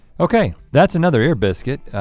okay, that's another ear biscuit.